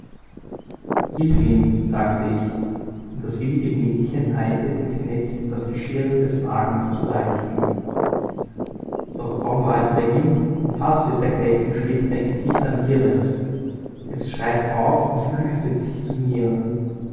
hilf ihm sagte ich und das willige mädchen eilte dem knecht das geschirr des wagens zu reichen doch kaum war es bei ihm umfaßt es der knecht und schlägt sein gesicht an ihres es schreit auf und flüchtet sich zu mir